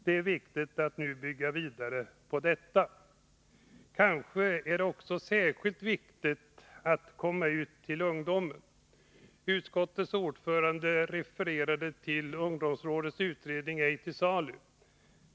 Det är viktigt att vi nu kan bygga vidare på detta. Kanske är det särskilt viktigt att vi når ut till ungdomen. Utskottets ordförande refererade till ungdomsrådets utredning Ej till salu.